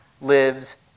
lives